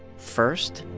first.